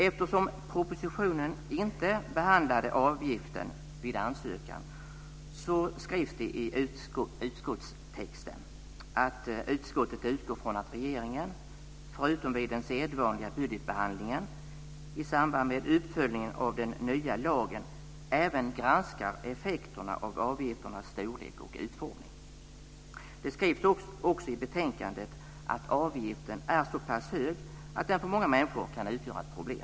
Eftersom propositionen inte behandlade avgiften vid ansökan skrivs det i utskottstexten att utskottet utgår från att regeringen förutom den sedvanliga budgetbehandlingen i samband med uppföljningen av den nya lagen även granskar effekterna av avgifternas storlek och utformning. Det skrivs också i betänkandet att avgiften är så pass hög att den för många människor kan utgöra ett problem.